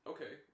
Okay